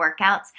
workouts